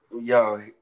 Yo